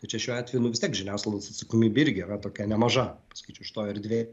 ir čia šiuo atveju nu vis tiek žiniasklaidos atsakomybė irgi yra tokia nemaža pasakyčiau šitoj erdvėj